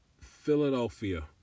Philadelphia